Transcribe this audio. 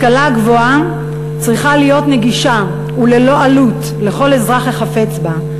השכלה גבוהה צריכה להיות נגישה וללא עלות לכל אזרח החפץ בה,